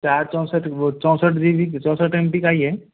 चार चौसठ वो चौसठ जी बी चौसठ एम बी का ही है